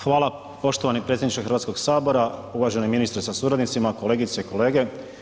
Hvala poštovani predsjedniče Hrvatskoga sabora, uvaženi ministre sa suradnicima, kolegice i kolege.